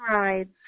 rides